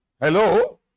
Hello